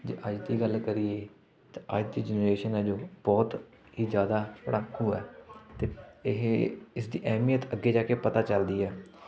ਜੇ ਅੱਜ ਦੀ ਗੱਲ ਕਰੀਏ ਤਾਂ ਅੱਜ ਦੀ ਜਨਰੇਸ਼ਨ ਹੈ ਜੋ ਬਹੁਤ ਹੀ ਜ਼ਿਆਦਾ ਪੜ੍ਹਾਕੂ ਹੈ ਅਤੇ ਇਹ ਇਸਦੀ ਅਹਿਮੀਅਤ ਅੱਗੇ ਜਾ ਕੇ ਪਤਾ ਚੱਲਦੀ ਹੈ